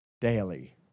daily